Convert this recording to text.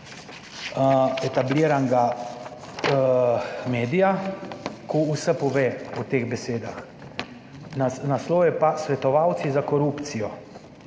etabliranega medija, ko vse pove o teh besedah. Naslov je pa, Svetovalci za korupcijo.